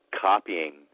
copying